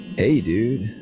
hey dude!